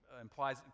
implies